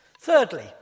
Thirdly